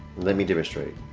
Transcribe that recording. let me demonstrate